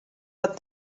but